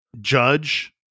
judge